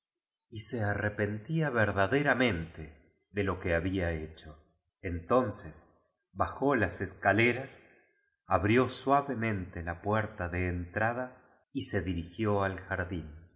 y se arrepentía verdaderamente de lo que había hecho entonces bajó las escaleras abrió sua vemente la puerta de entrada y se diri gió ai jardín